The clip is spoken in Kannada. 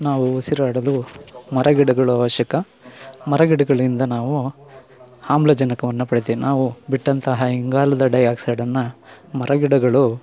ನಾವು ಉಸಿರಾಡಲು ಮರಗಿಡಗಳು ಅವಶ್ಯಕ ಮರಗಿಡಗಳಿಂದ ನಾವು ಆಮ್ಲಜನಕವನ್ನು ಪಡೀತೀವಿ ನಾವು ಬಿಟ್ಟಂತಹ ಇಂಗಾಲದ ಡೈ ಆಕ್ಸೈಡನ್ನು ಮರಗಿಡಗಳು